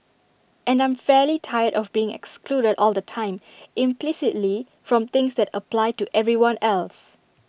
and I'm fairly tired of being excluded all the time implicitly from things that apply to everyone else